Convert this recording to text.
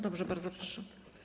Dobrze, bardzo proszę.